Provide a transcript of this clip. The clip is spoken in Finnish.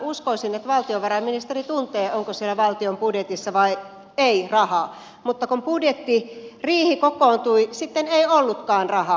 uskoisin että valtiovarainministeri tuntee onko siellä valtion budjetissa rahaa vai ei mutta kun budjettiriihi kokoontui sitten ei ollutkaan rahaa